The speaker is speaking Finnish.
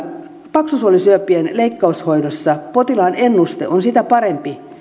paksusuolisyöpien leikkaushoidossa potilaan ennuste on sitä parempi